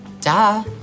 Duh